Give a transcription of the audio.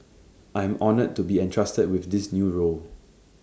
I am honoured to be entrusted with this new role